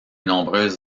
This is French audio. nombreuses